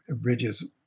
bridges